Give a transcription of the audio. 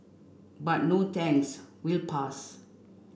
but no thanks we'll pass